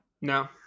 No